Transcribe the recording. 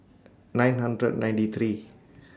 nine hundred and ninety three